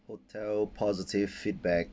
hotel positive feedback